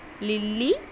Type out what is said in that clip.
Lily